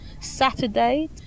Saturday